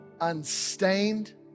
unstained